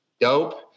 dope